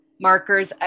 markers